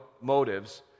motives